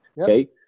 okay